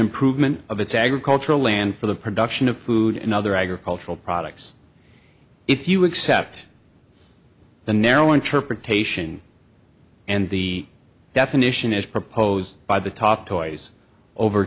improvement of its agricultural land for the production of food and other agricultural products if you accept the narrow interpretation and the definition as proposed by the top toys over